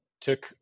took